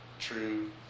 true